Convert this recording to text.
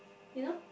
you know